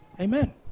Amen